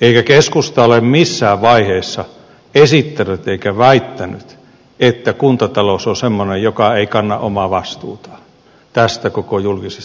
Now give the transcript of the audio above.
eikä keskusta ole missään vaiheessa esittänyt eikä väittänyt että kuntatalous on semmoinen joka ei kanna omaa vastuutaan tästä koko julkisesta taloudesta